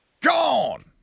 gone